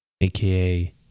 AKA